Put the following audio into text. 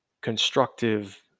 constructive